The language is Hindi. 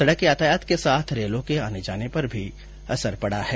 सड़क यातायात के साथ रेलों के आने जाने पर भी असर पड़ा है